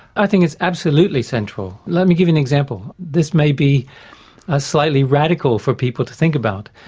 i think it's absolutely central. let me give you an example. this may be ah slightly radical for people to think about,